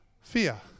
Fear